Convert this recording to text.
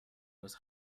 was